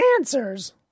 answers